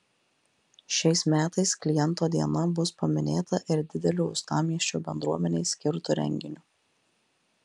šiais metais kliento diena bus paminėta ir dideliu uostamiesčio bendruomenei skirtu renginiu